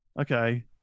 okay